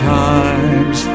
times